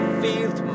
field